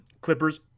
clippers